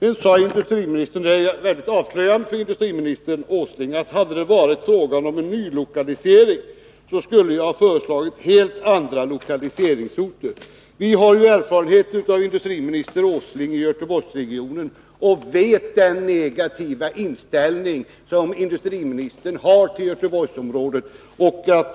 Sedan sade industriministern — vilket är mycket avslöjande — att om det hade varit fråga om en nylokalisering, skulle han ha föreslagit helt andra lokaliseringsorter. Vi har i Göteborgsregionen erfarenhet av den negativa inställning som industriministern har till Göteborgsområdet.